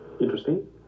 interesting